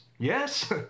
Yes